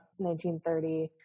1930